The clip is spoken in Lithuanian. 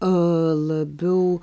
o labiau